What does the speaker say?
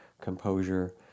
composure